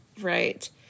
Right